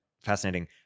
Fascinating